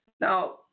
Now